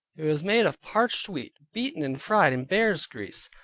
it was made of parched wheat, beaten, and fried in bear's grease,